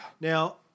Now